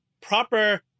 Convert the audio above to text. proper